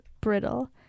brittle